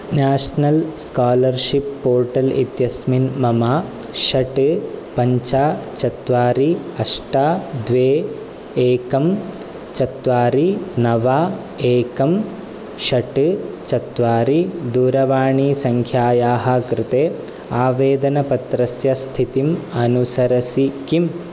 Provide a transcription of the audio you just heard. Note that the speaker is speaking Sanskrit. नेष्नल् स्कोलर्शिप् पोर्टल् इत्यस्मिन् मम षट् पञ्च चत्वारि अष्ट द्वे एकं चत्वारि नव एकं षट् चत्वारि दूरवाणीसङ्ख्यायाः कृते आवेदनपत्रस्य स्थितिं अनुसरसि किम्